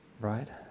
Right